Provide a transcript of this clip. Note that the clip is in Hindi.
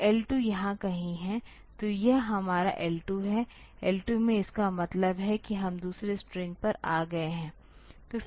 तो L2 यहां कहीं है तो यह हमारा L2 है L2 में इसका मतलब है कि हम दूसरे स्ट्रिंग पर आ गए हैं